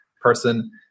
person